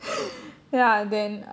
ya then